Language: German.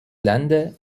länder